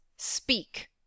Speak